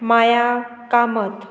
Maya Kamat